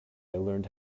learned